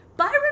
Byron